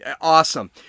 Awesome